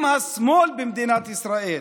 אם השמאל במדינת ישראל